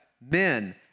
men